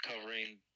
covering